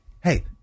Hey